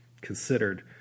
considered